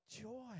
joy